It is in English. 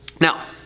Now